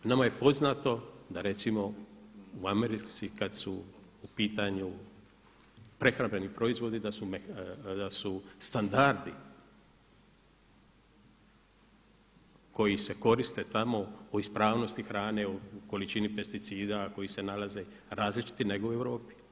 Nama je poznato da recimo u Americi kad su u pitanju prehrambeni proizvodi da su standardi koji se koriste tamo, o ispravnosti hrane, o količini pesticida koji se nalaze različiti nego u Europi.